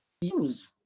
use